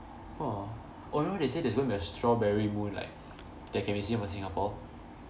!wah! oh you know they say there's going to be a strawberry moon like that can be seen from singapore